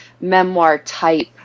memoir-type